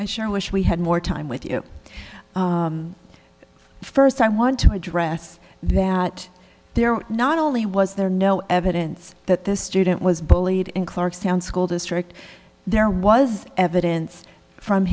i sure wish we had more time with you first i want to address that there not only was there no evidence that this student was bullied in clarkstown school district there was evidence from